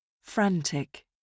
Frantic